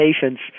patients